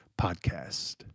Podcast